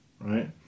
right